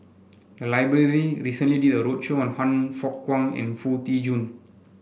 the library recently did a roadshow on Han Fook Kwang and Foo Tee Jun